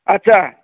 ଆଚ୍ଛା